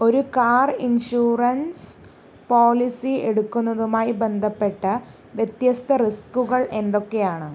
ഒരു car insurance policy എടുക്കുന്നതുമായി ബന്ധപ്പെട്ട വ്യത്യസ്ത റിസ്കുകൾ എന്തൊക്കെയാണ്